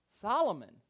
Solomon